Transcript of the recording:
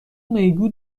میگو